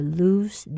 lose